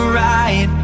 right